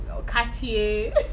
Cartier